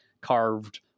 carved